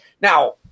now